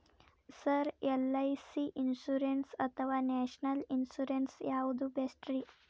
Sir LIC insurance ಅಥವಾ national insurance ಯಾವುದು ಬೆಸ್ಟ್ರಿ?